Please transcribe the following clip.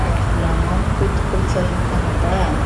Mba volano amiko ty kolotsay any Canada?